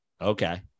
Okay